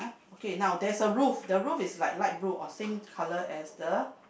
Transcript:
okay now there is a roof the roof is like light blue or same color as the